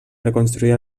reconstruir